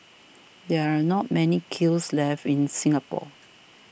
there are not many kilns left in Singapore